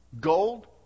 gold